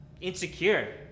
insecure